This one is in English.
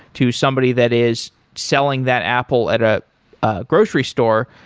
to somebody that is selling that apple at a ah grocery store